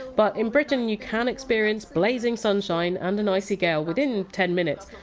but in britain and you can experience blazing sunshine and an icy gale within ten minutes,